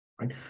right